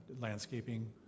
landscaping